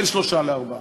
בין שלושה לארבעה.